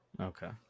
Okay